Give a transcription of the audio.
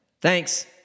Thanks